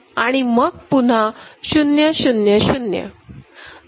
आणि मग पुन्हा 000